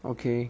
okay